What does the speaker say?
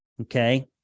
Okay